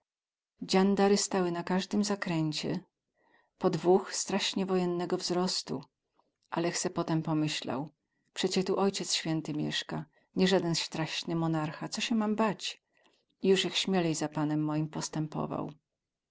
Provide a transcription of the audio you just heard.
razy dziandary stały na kazdym zakręcie po dwoch straśnie wojemnego wzrostu alech se potem pomyślał przecie tu ociec święty mieska nie zaden strasny munarcha coz sie mam bać i juzech śmielej za panem moim postępował